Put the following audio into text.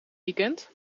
weekend